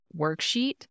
worksheet